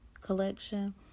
collection